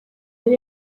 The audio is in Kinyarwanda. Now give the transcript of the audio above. yari